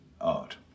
art